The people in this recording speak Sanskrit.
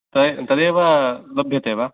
तदेव् तदेव लभ्यते वा